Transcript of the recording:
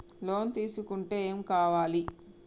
Loan తీసుకుంటే ఏం కావాలి?